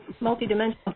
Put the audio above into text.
multidimensional